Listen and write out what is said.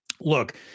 look –